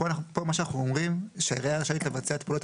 פה מה שאנחנו אומרים שהעירייה רשאית לבצע את הפעולות